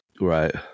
Right